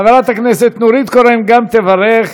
חברת הכנסת נורית קורן גם היא תברך,